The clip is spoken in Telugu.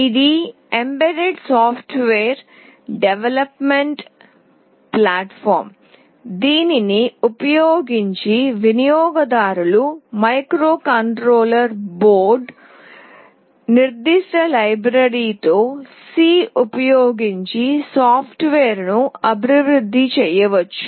ఇది ఎంబెడెడ్ సాఫ్ట్వేర్ డెవలప్మెంట్ ప్లాట్ఫామ్ దీనిని ఉపయోగించి వినియోగదారులు మైక్రోకంట్రోలర్ బోర్డు నిర్దిష్ట లైబ్రరీతో సి ఉపయోగించి సాఫ్ట్వేర్ను అభివృద్ధి చేయవచ్చు